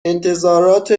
انتظارات